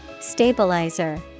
Stabilizer